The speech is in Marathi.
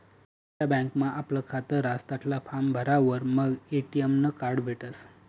ज्या बँकमा आपलं खातं रहास तठला फार्म भरावर मंग ए.टी.एम नं कार्ड भेटसं